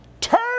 Turn